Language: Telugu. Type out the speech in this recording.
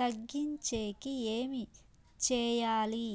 తగ్గించేకి ఏమి చేయాలి?